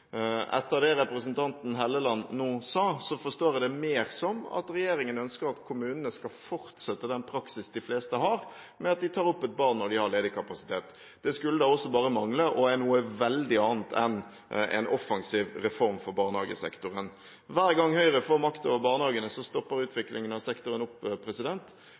Etter det representanten Helleland nå sa, forstår jeg det mer som at regjeringen ønsker at kommunene skal fortsette den praksisen de fleste har, med at de tar opp et barn når de har ledig kapasitet. Det skulle da også bare mangle, og det er noe veldig annet enn en offensiv reform for barnehagesektoren. Hver gang Høyre får makt over barnehagene, stopper utviklingen av sektoren opp.